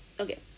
okay